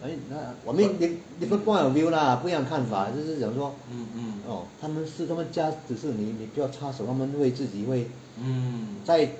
I mean for me different point of view lah 不一样看法就是讲说 orh 他们是他们家事你不要插手他们会自己会再